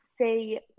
say